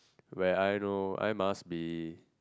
where I know I must be